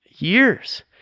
Years